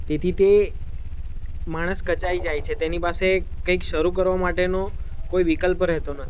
તેથી તે માણસ કચાઈ જાય છે તેની પાસે કંઈક શરૂ કરવા માટેનો કોઈ વિકલ્પ રહેતો નથી